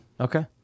Okay